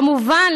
כמובן,